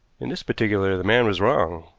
in this particular the man was wrong.